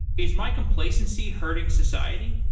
is my complacency hurting society?